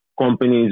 companies